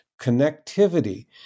connectivity